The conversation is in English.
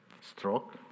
stroke